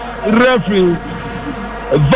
Referee